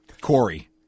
Corey